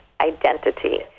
identity